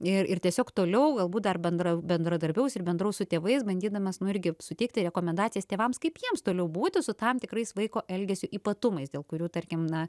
ir ir tiesiog toliau galbūt dar bendravo bendradarbiaus ir bendraus su tėvais bandydamas nu irgi suteikti rekomendacijas tėvams kaip jiems toliau būti su tam tikrais vaiko elgesio ypatumais dėl kurių tarkim na